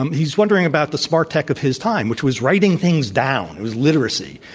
um he's wondering about the smart tech of his time, which was writing things down. it was literacy.